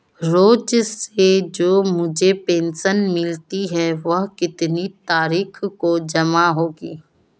रोज़ से जो मुझे पेंशन मिलती है वह कितनी तारीख को जमा होगी?